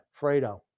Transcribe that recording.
Fredo